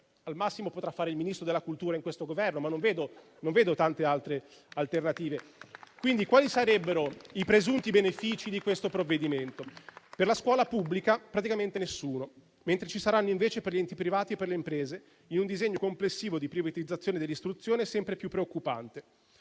Al massimo, potrà fare il Ministro della cultura in questo Governo, ma non vedo tante altre alternative. *(Ilarità. Applausi)*. Quali sarebbero quindi i presunti benefici di questo provvedimento? Per la scuola pubblica, praticamente nessuno, mentre ci saranno per gli enti privati e per le imprese, in un disegno complessivo di privatizzazione dell'istruzione sempre più preoccupante.